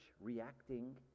reacting